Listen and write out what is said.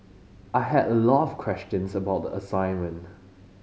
I had a lot of questions about the assignment